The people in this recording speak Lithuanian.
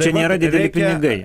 čia nėra dideli pinigai